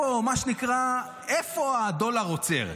מה שנקרא, איפה הדולר עוצר?